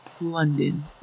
London